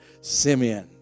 simeon